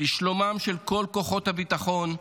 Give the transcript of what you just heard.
לשלומם של כל כוחות הביטחון,